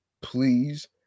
please